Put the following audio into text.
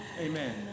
Amen